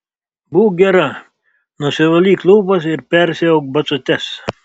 būk gera nusivalyk lūpas ir persiauk basutes